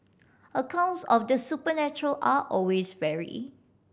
accounts of the supernatural are always vary